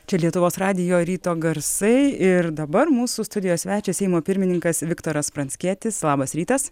čia lietuvos radijo ryto garsai ir dabar mūsų studijos svečias seimo pirmininkas viktoras pranckietis labas rytas